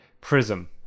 Prism